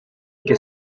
que